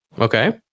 okay